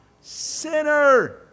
Sinner